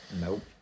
Nope